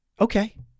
Okay